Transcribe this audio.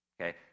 Okay